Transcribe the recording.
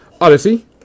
Odyssey